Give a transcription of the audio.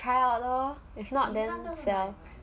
还好 lor if not then